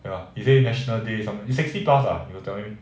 ya he say national day some it's sixty plus lah he was telling me